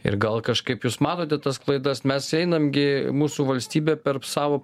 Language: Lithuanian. ir gal kažkaip jūs matote tas klaidas mes einam gi mūsų valstybė per savo